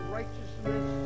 righteousness